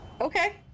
Okay